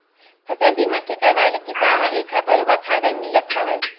फसल बीमा के करवाय ले किसान ल एखर बरोबर फायदा मिलथ हावय